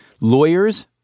lawyers